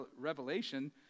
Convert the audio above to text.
revelation